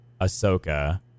Ahsoka